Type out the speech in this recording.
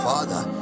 Father